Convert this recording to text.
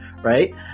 right